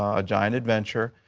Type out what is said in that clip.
a giant adventure,